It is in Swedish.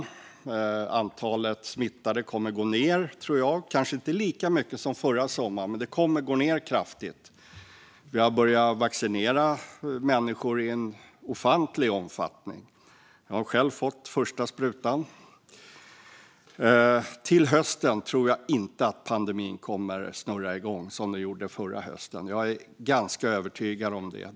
Jag tror att antalet smittade kommer att minska, men kanske inte lika mycket som förra sommaren. Men antalet kommer att minska kraftigt. Människor har börjat vaccineras i stor omfattning. Jag har själv fått första sprutan. Till hösten tror jag inte att pandemin kommer att snurra igång som den gjorde förra hösten. Jag är ganska övertygad om det.